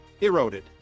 eroded